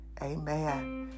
Amen